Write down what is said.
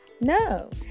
No